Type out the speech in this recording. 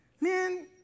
man